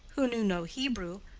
who knew no hebrew,